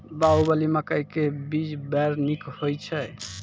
बाहुबली मकई के बीज बैर निक होई छै